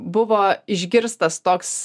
buvo išgirstas toks